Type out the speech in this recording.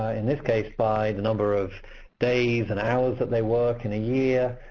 ah in this case, by the number of days and hours that they work in a year,